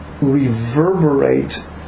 reverberate